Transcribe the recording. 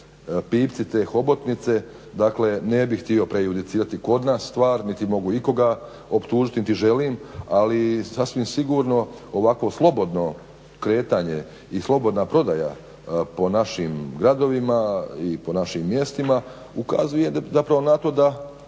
pipci te hobotnice, dakle ne bih htio prejudicirati kod nas stvar niti mogu ikoga optužiti niti želim, ali je sasvim sigurno ovakvo slobodno kretanje i slobodna prodaja po našim gradovima i po našim mjestima ukazuje zapravo na to da